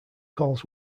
calls